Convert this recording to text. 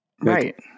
Right